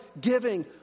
giving